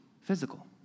physical